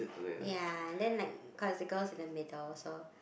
ya then like cause the girl is in the middle so